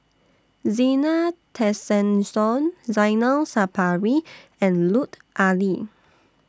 Zena Tessensohn Zainal Sapari and Lut Ali